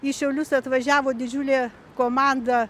į šiaulius atvažiavo didžiulė komanda